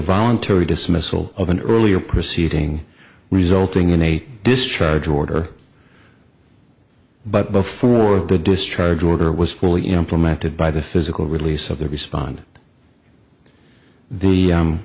voluntary dismissal of an earlier proceeding resulting in a discharge order but before the discharge order was fully implemented by the physical release of the respond the